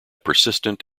persistent